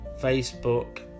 Facebook